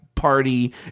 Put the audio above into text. Party